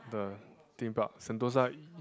the theme park Sentosa